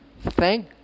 thank